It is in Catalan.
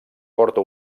porta